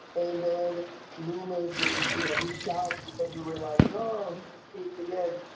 and then loomis, you know, he shouts because you realized though he's escaped together,